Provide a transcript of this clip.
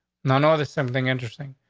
no, no, that's something interesting.